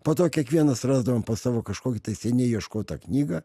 po to kiekvienas rasdavom po savo kažkokią tai seniai ieškotą knygą